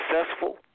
successful